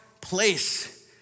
place